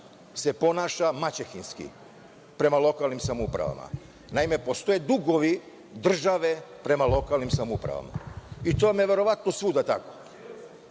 se ponaša maćehinski prema lokalnim samoupravama. Naime, postoje dugovi države prema lokalnim samoupravama, i to je verovatno svuda